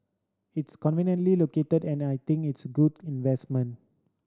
it's conveniently located and I think it's good investment